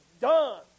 done